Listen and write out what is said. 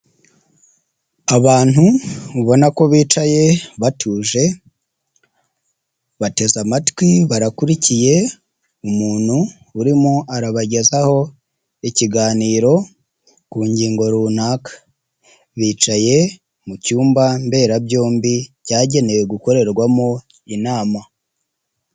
Abantu ubona ko bicaye batuje bateze amatwi barakurikiye umuntu urimo arabagezaho ikiganiro ku ngingo runaka, bicaye mu cyumba mberabyombi cyagenewe gukorerwamo inama.